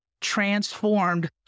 transformed